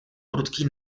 prudký